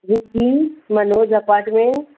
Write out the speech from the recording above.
Vicky Manoj apartment